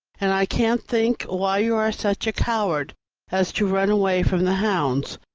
and i can't think why you are such a coward as to run away from the hounds.